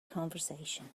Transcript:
conversation